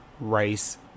rice